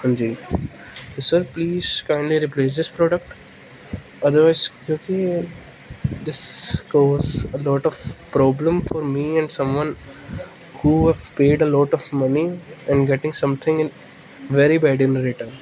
ਹਾਂਜੀ ਅਤੇ sir please can we replace this product otherwise ਕਿਉਂਕਿ this cause a lot of problem for me and someone who have paid a lot of money and getting something very bad in return